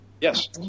Yes